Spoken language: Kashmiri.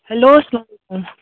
ہٮ۪لو